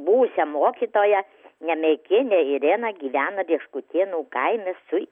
buvusią mokytoją nemeikienę ireną gyvena rieškutėnų kaime su